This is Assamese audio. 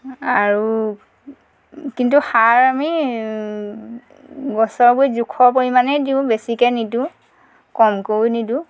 আৰু কিন্তু সাৰ আমি গছৰ গুৰিত জোখৰ পৰিমাণে দিওঁ বেছিকৈ নিদিওঁ কমকেও নিদিওঁ